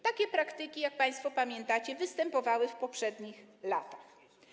Takie praktyki, jak państwo pamiętacie, występowały w poprzednich latach.